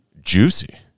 Juicy